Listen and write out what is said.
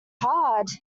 hard